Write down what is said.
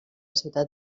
ciutat